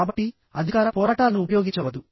కాబట్టి అధికార పోరాటాలను ఉపయోగించవద్దు